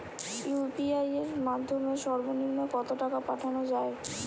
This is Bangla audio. ইউ.পি.আই এর মাধ্যমে সর্ব নিম্ন কত টাকা পাঠানো য়ায়?